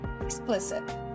explicit